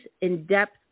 in-depth